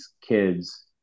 kids